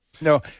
No